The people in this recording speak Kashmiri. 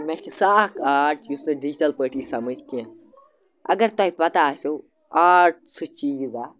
مےٚ چھِ سۄ اَکھ آرٹ یُس نہٕ ڈِجٹَل پٲٹھی سَمٕجھ کینٛہہ اگر تۄہہِ پَتہ آسیو آرٹ سُہ چیٖز اَکھ